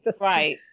Right